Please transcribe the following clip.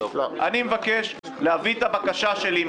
אני מבקש להביא את הבקשה שלי.